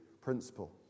principle